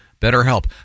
BetterHelp